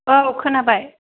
औ खोनाबाय